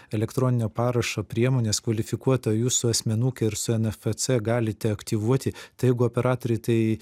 elektroninio parašo priemonės kvalifikuota jūsų asmenukė ir su nfc galite aktyvuoti tai jeigu operatoriai tai